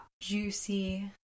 juicy